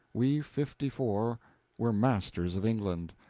we fifty-four were masters of england.